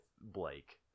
Blake